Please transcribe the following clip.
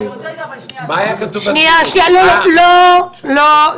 לא לא,